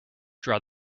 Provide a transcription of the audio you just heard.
draw